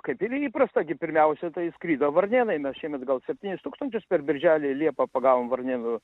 kaip ir įprasta gi pirmiausia tai skrido varnėnai mes šiemet gal septynis tūkstančius per birželį liepą pagavom varnėnų